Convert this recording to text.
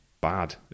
bad